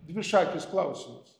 dvišakis klausimas